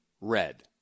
red